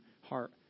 heart